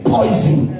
Poison